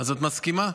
את מסכימה?